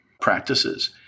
practices